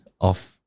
of-